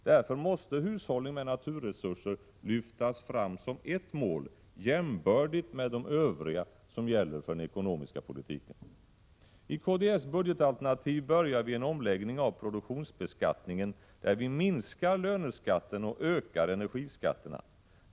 Därför måste hushållning med naturresurser lyftas fram som ett mål, jämbördigt med de övriga som gäller för den ekonomiska politiken. I kds budgetalternativ börjar vi en omläggning av produktionsbeskattningen där vi minskar löneskatten och ökar energiskatterna.